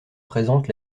présente